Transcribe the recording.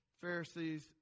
Pharisees